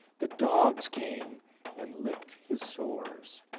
the dogs came and licked his sores.